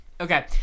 Okay